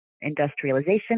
industrialization